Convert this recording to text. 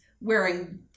wearing